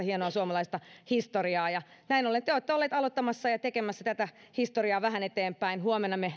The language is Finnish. hienoa suomalaista historiaa näin ollen te olette olleet aloittamassa ja tekemässä tätä historiaa vähän eteenpäin huomenna me